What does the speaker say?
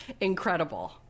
incredible